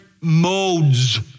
modes